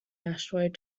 asteroid